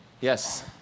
yes